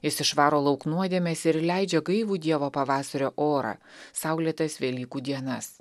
jis išvaro lauk nuodėmes ir leidžia gaivų dievo pavasario orą saulėtas velykų dienas